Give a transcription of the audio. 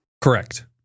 Correct